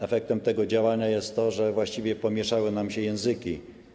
Efektem tego działania jest to, że właściwie pomieszały się nam języki.